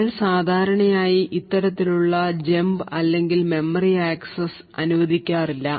നമ്മൾ സാധാരണയായി ഇത്തരത്തിലുള്ള ജമ്പ് അല്ലെങ്കിൽ മെമ്മറി ആക്സസ് അനുവദിക്കാറില്ല